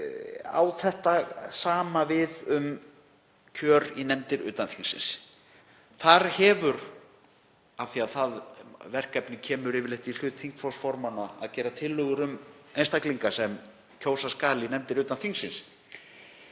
á það sama við um kjör í nefndir utan þingsins. Þar sem það verkefni kemur yfirleitt í hlut þingflokksformanna að gera tillögur um einstaklinga sem kjósa skal í nefndir utan þingsins